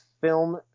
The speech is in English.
Film